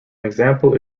example